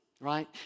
right